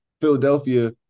Philadelphia